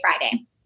Friday